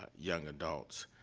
young adults.